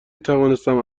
توانستم